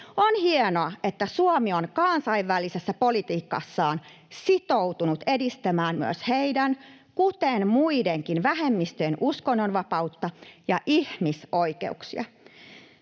On hienoa, että Suomi on kansainvälisessä politiikassaan sitoutunut edistämään myös heidän kuten muidenkin vähemmistöjen uskonnonvapautta ja ihmisoikeuksia.